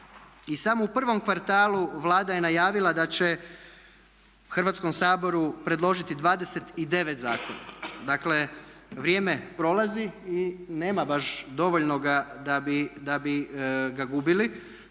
samo u prvom kvartalu Vlada je najavila da će Hrvatskom saboru predložiti 29 zakona. Dakle vrijeme prolazi i nema baš dovoljnoga da bi ga gubili.